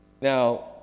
Now